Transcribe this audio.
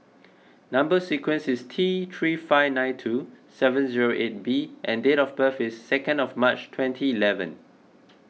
Number Sequence is T three five nine two seven zero eight B and date of birth is second of March twenty eleven